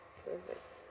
so if like